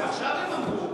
זה עכשיו הם אמרו.